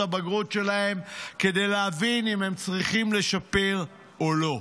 הבגרות שלהם כדי להבין אם הם צריכים לשפר או לא.